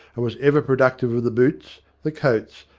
and was ever productive of the boots, the coats,